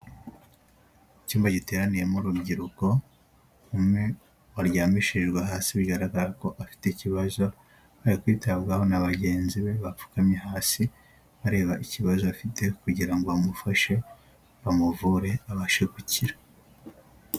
Icyumba giteraniyemo urubyiruko umwe waryamishijwe hasi bigaragara ko afite ikibazo ari kwitabwaho na bagenzi be bapfukamye hasi bareba ikibazo afite kugira ngo bamufashe bamuvure abashe gukira.